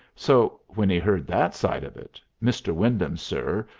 so when he heard that side of it, mr. wyndham, sir,